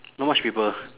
not much people